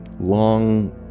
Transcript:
long